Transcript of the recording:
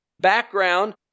background